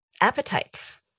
appetites